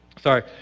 sorry